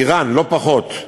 איראן, לא פחות.